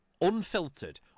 unfiltered